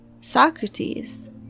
Socrates